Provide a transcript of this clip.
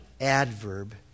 adverb